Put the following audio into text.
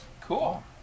Cool